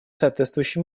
соответствующим